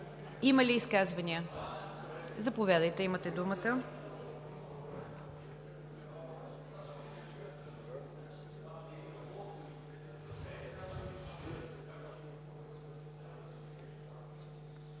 Има ли изказвания? Заповядайте, имате думата.